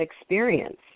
experience